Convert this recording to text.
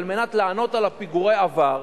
על מנת לענות על פיגורי העבר,